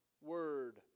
word